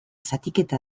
zatiketa